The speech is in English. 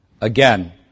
Again